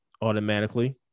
automatically